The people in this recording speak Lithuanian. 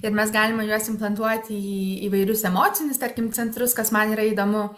ir mes galime juos implantuoti į įvairius emocinius tarkim centrus kas man yra įdomu